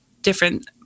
different